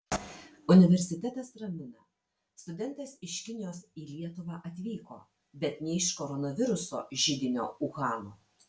universitetas ramina studentas iš kinijos į lietuvą atvyko bet ne iš koronaviruso židinio uhano